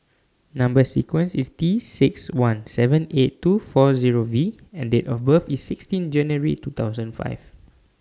Number sequence IS T six one seven eight two four Zero V and Date of birth IS sixteen January two thousand five